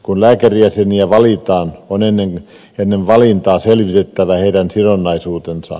kun lääkärijäseniä valitaan on ennen valintaa selvitettävä heidän sidonnaisuutensa